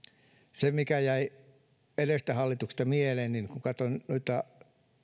edellisestä hallituksesta jäi mieleen se että kun katsoin noita